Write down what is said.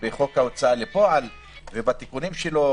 בחוק ההוצאה לפועל ובתיקונים שלו